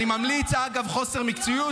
אגב חוסר מקצועיות,